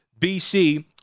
BC